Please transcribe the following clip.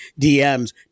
DMs